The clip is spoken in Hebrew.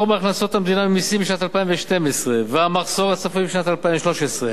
בהכנסות המדינה ממסים בשנת 2012 והמחסור הצפוי בשנת 2013,